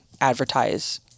advertise